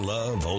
Love